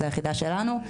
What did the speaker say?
שזו היחידה שלנו,